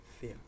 Fear